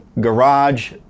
garage